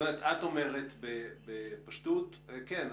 את אומרת בפשטות: כן,